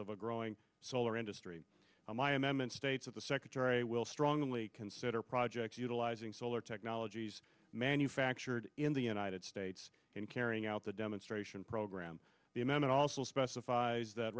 of a growing solar industry my m m and states of the secretary will strongly consider projects utilizing solar technologies manufactured in the united states in carrying out the demonstration program the men also specifies that